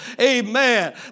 Amen